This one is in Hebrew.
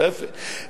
לא יפה,